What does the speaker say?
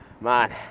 Man